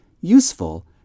useful